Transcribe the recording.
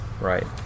Right